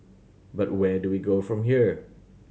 but where do we go from here